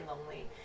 lonely